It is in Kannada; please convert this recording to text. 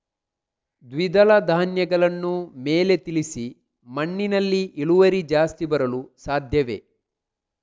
ದ್ವಿದಳ ಧ್ಯಾನಗಳನ್ನು ಮೇಲೆ ತಿಳಿಸಿ ಮಣ್ಣಿನಲ್ಲಿ ಇಳುವರಿ ಜಾಸ್ತಿ ಬರಲು ಸಾಧ್ಯವೇ?